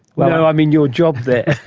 no, i mean your job there!